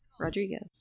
Rodriguez